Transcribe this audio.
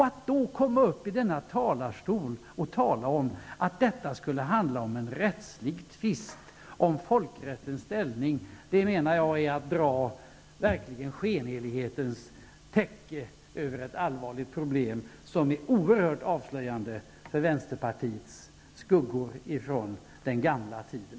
Att då gå upp i denna talarstol och tala om att detta skulle handla om en rättslig tvist om folkrättens ställning, menar jag är att verkligen dra ett skenhelighetens täcke över ett allvarligt problem, något som är oerhört avslöjande när det gäller Vänsterpartiets skuggor från den gamla tiden.